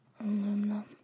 Aluminum